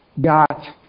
got